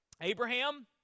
Abraham